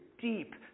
deep